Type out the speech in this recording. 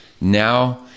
now